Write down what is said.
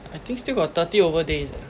I think still got thirty over days ah